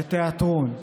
לתיאטרון,